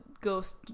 ghost